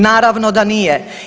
Naravno da nije.